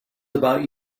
about